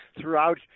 throughout